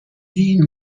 این